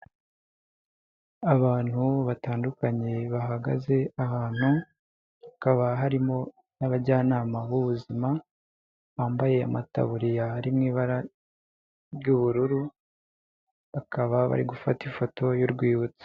Abantu batandukanye bahagaze ahantu, hakaba harimo abajyanama b'ubuzima bambaye amataburiya ari mu ibara ry'ubururu, bakaba bari gufata ifoto y'urwibutso.